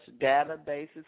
databases